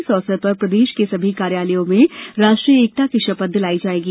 इस अवसर पर प्रदेश के सभी कार्योलय में राष्ट्रीय एकता की शपथ दिलाई जायेगी